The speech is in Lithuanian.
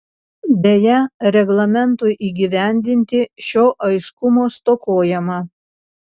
deja reglamentui įgyvendinti šio aiškumo stokojama